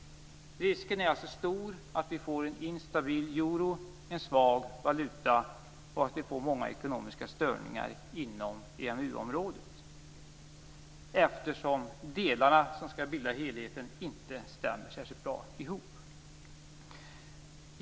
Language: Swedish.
Risken är alltså stor att det blir en instabil euro och en svag valuta, vilket förorsakar många ekonomiska störningar inom EMU-området. Delarna som skall bilda helheten stämmer inte särskilt bra ihop.